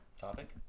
topic